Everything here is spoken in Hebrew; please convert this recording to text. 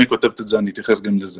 היא כותבת את זה ואני אתייחס גם לזה.